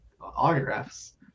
autographs